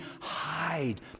hide